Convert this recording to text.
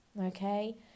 Okay